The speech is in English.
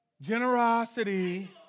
generosity